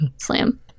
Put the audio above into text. Slam